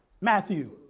Matthew